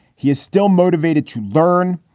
he is still motivated to learn.